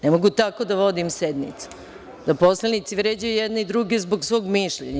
Ne mogu tako da vodim sednicu, da poslanici vređaju jedni druge zbog svog mišljenja.